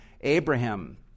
Abraham